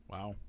Wow